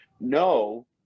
no